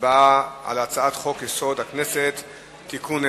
הצבעה על הצעת חוק-יסוד: הכנסת (תיקון,